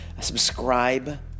Subscribe